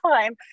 time